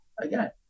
Again